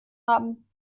haben